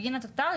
בגין התט"ר,